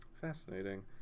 fascinating